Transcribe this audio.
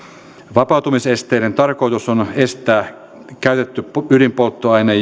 vapautumisesteiden tarkoitus on eristää käytetty ydinpolttoaine